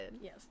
Yes